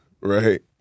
right